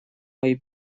мои